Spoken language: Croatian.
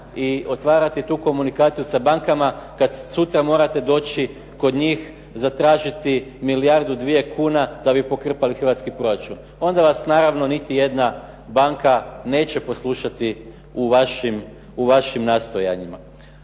i otvarati tu komunikaciju sa bankama kad sutra morate doći kod njih zatražiti milijardu, dvije kuna da bi pokrpali hrvatski proračun. Onda vas naravno niti jedna banka neće poslušati u vašim nastojanjima